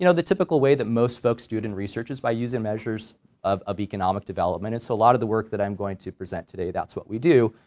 you know the typical way that most folks do it in research is by using measures of of economic development and so a lot of the work that i'm going to present today, that's what we do,